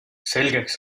selgeks